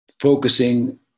focusing